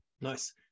Nice